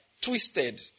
twisted